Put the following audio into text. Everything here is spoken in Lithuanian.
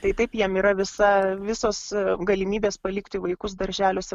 tai taip jiem yra visa visos galimybės palikti vaikus darželiuose